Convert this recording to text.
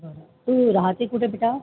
बरं तू राहते कुठे बेटा